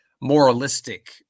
moralistic